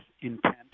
intent